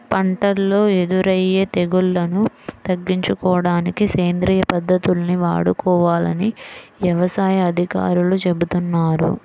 పంటల్లో ఎదురయ్యే తెగుల్లను తగ్గించుకోడానికి సేంద్రియ పద్దతుల్ని వాడుకోవాలని యవసాయ అధికారులు చెబుతున్నారు